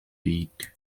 feet